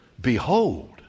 Behold